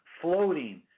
floating